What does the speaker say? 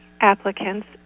applicants